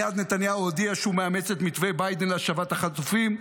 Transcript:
מייד נתניהו הודיע שהוא מאמץ את מתווה ביידן להשבת החטופים.